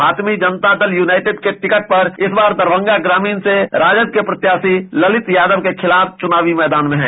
Fatmi Janata Dal United के ticket पर इस बार दरभंगा ग्रामीण से राजद के प्रत्याशी ललित यादव के खिलाफ चुनावी मैदान में है